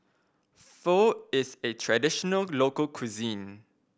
Pho is a traditional local cuisine